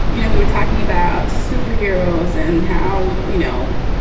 you know, we were talking about superheroes and how, you know,